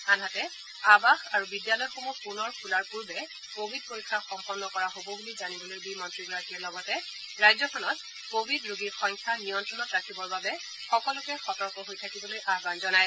আনহাতে আবাস আৰু বিদ্যালয়সমূহ পূনৰ খোলাৰ পূৰ্বে কোৱিড পৰীক্ষা সম্পন্ন কৰা হব বুলি জানিবলৈ দি মন্ত্ৰীগাৰকীয়ে লগতে ৰাজ্যখনত কোৱিড ৰোগীৰ সংখ্যা নিয়ন্ত্ৰণত ৰাখিবৰ বাবে সকলোকে সতৰ্ক হৈ থাকিবলৈ আয়ান জনায়